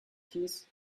keys